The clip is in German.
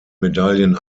medaillen